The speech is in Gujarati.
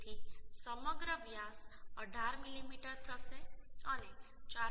તેથી સમગ્ર વ્યાસ 18 મીમી થશે અને 4